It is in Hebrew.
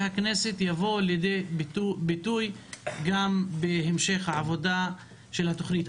הכנסת יבואו לידי ביטוי גם בהמשך העבודה של התוכנית.